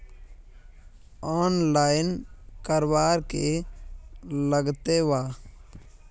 Online करवार की लगते वा?